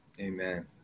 Amen